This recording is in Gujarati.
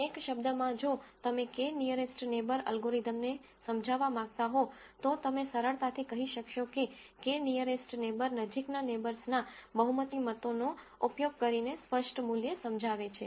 એક શબ્દમાં જો તમે k નીઅરેસ્ટ નેબર અલગોરિધમને સમજાવવા માંગતા હો તો તમે સરળતાથી કહી શકશો કે k નીઅરેસ્ટ નેબર નજીકના નેબર્સના બહુમતી મતોનો ઉપયોગ કરીને સ્પષ્ટ મૂલ્ય સમજાવે છે